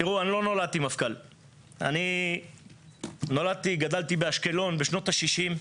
אני לא נולדתי מפכ"ל אני גדלתי באשקלון בשנות ה-60,